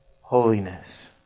holiness